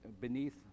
beneath